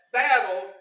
battle